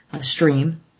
stream